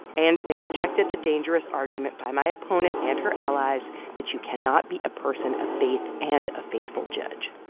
and they rejected the dangerous argument by my opponent and her allies that you cannot be a person of faith and a faithful judge.